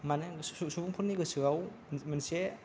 माने सुबुंफोरनि गोसोआव मोनसे